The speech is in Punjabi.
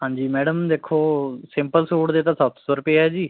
ਹਾਂਜੀ ਮੈਡਮ ਦੇਖੋ ਸਿੰਪਲ ਸੂਟ ਦੇ ਤਾਂ ਸੱਤ ਸੌ ਰੁਪਏ ਹੈ ਜੀ